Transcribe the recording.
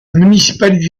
municipalité